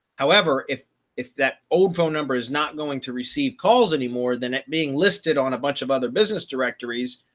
however, if if that old phone number is not going to receive calls anymore than it being listed on a bunch of other business directories,